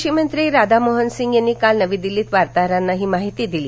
कृषीमंत्री राधामोहनसिंग यांनी काल दिल्लीत वार्ताहरांना ही माहिती दिली